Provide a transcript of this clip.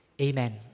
Amen